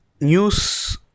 news